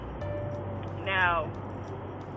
Now